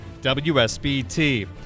WSBT